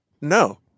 No